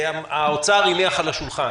האוצר הניח על השולחן,